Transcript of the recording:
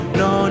no